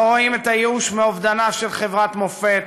לא רואים את הייאוש מאובדנה של חברת מופת,